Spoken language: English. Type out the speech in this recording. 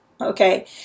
Okay